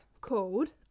called